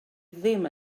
ddim